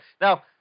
Now